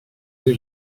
new